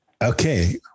Okay